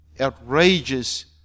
outrageous